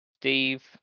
Steve